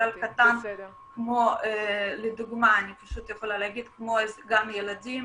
חלל קטן כמו לדוגמה גן ילדים,